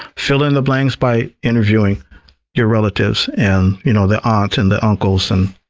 fill in the blanks by interviewing your relatives and you know the aunts, and the uncles, and